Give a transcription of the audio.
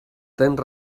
tens